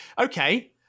Okay